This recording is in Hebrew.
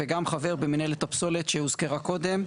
וגם חבר במנהלת הפסולת שהוזכרה קודם.